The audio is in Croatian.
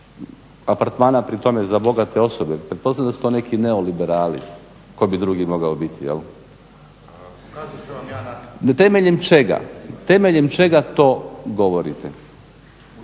tko bi drugi mogao biti.